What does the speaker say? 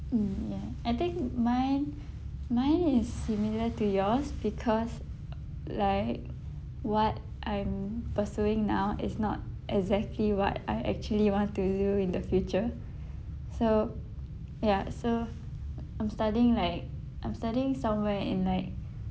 mm ya I think mine mine is similar to yours because like what I'm pursuing now is not exactly what I actually want to do in the future so ya so I'm studying like I'm studying somewhere in like